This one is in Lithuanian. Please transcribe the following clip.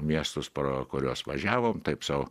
miestus pro kuriuos važiavom taip sau